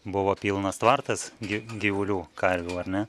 buvo pilnas tvartas gy gyvulių karvių ar ne